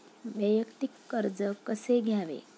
वैयक्तिक कर्ज कसे घ्यावे?